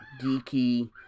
geeky